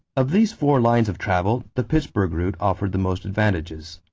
of these four lines of travel, the pittsburgh route offered the most advantages.